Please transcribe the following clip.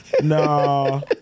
No